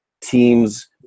teams